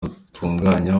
rutunganya